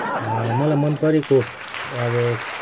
मलाई मन परेको अब